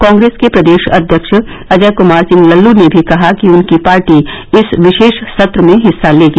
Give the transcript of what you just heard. कांग्रेस के प्रदेश अध्यक्ष अजय कुमार सिंह लल्लू ने भी कहा कि उनकी पार्टी इस विशेष सत्र में हिस्सा लेगी